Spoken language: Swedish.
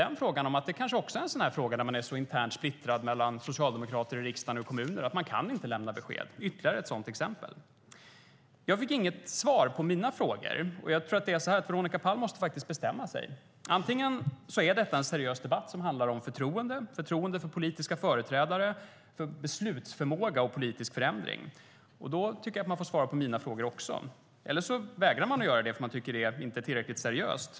Det kanske också är en fråga där man är så internt splittrad mellan socialdemokrater i riksdagen och kommuner att man inte kan lämna besked. Det kanske är ytterligare ett sådant exempel. Jag fick inget svar på mina frågor. Jag tror att det är så att Veronica Palm faktiskt måste bestämma sig. Man kan se detta som en seriös debatt som handlar om förtroende för politiska företrädare och politisk förändring. Då tycker jag att man får svara på mina frågor också, eller också vägrar man att göra det därför att man tycker att det inte är tillräckligt seriöst.